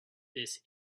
this